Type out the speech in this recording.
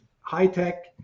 high-tech